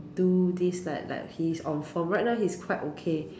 do this like like he is on for right now he quite okay